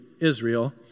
Israel